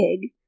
pig